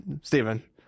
Stephen